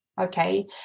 okay